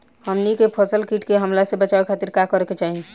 हमनी के फसल के कीट के हमला से बचावे खातिर का करे के चाहीं?